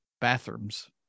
bathrooms